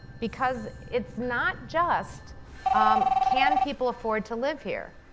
because it's not just um can people afford to live here.